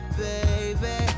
baby